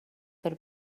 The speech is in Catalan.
per